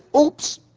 oops